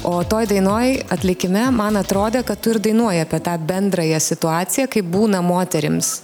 o toj dainoj atlikime man atrodė kad tu ir dainuoji apie tą bendrąją situaciją kaip būna moterims